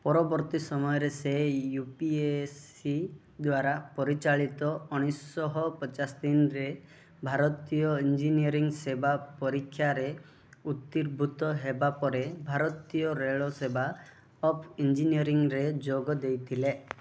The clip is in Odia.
ପରବର୍ତ୍ତୀ ସମୟରେ ସେ ୟୁ ପି ଏସ୍ ସି ଦ୍ୱାରା ପରିଚାଳିତ ଉଣିଶହ ପଚାଶ ଦିନରେ ଭାରତୀୟ ଇଞ୍ଜିନିୟରିଂ ସେବା ପରୀକ୍ଷାରେ ଉତ୍ତୀର୍ଭୂତ ହେବା ପରେ ଭାରତୀୟ ରେଳ ସେବା ଅଫ୍ ଇଞ୍ଜିନିୟରିଂରେ ଯୋଗ ଦେଇଥିଲେ